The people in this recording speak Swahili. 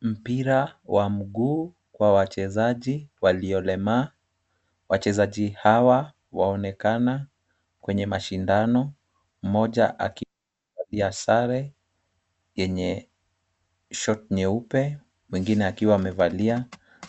Mpira wa miguu kwa wachezaji waliolemaa. Wachezaji hawa waonekana kwenye mashindano, mmoja akivalia sare yenye short nyeupe, mwingine akiwa amevalia